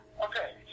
Okay